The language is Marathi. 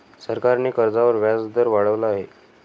सरकारने कर्जावर व्याजदर वाढवला आहे